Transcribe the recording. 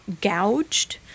gouged